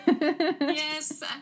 Yes